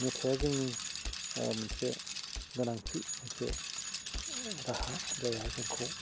मेथाइया जोंनि मोनसे गोनांथि मोनसे राहा जायहा जोंखौ